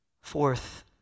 Fourth